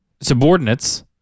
subordinates